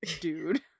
dude